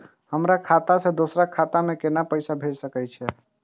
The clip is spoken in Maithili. हमर खाता से दोसर के खाता में केना पैसा भेज सके छे?